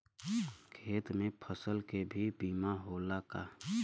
खेत के फसल के भी बीमा होला का?